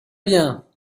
bien